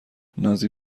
نازی